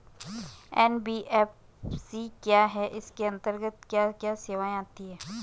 NBFC क्या है इसके अंतर्गत क्या क्या सेवाएँ आती हैं?